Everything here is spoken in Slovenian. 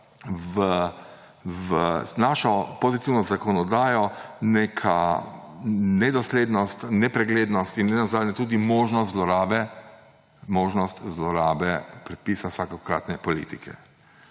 v našo pozitivno zakonodajo nedoslednost, nepreglednost in nenazadnje tudi možnost zlorabe predpisa vsakokratne politike.